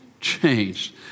changed